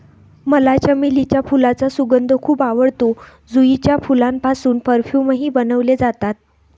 मला चमेलीच्या फुलांचा सुगंध खूप आवडतो, जुईच्या फुलांपासून परफ्यूमही बनवले जातात